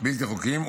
בלתי חוקיים,